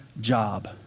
job